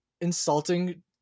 insulting